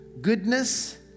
goodness